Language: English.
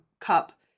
cup